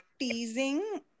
teasing